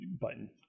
button